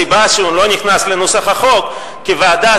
הסיבה שהוא לא נכנס לנוסח החוק היא שהוועדה